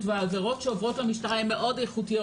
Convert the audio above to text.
והעבירות שעוברות למשטרה הן מאוד איכותיות,